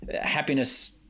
Happiness